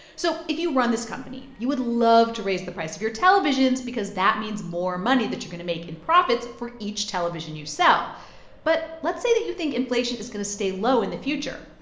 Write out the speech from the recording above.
so if you run this company, you would love to raise the price of your televisions because that means more money that you're going to make in profits for each television you sell but let's say that you think inflation is going to stay low in the future.